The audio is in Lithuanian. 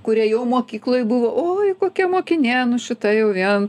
kurie jau mokykloj buvo oi kokia mokinė nu šita jau vien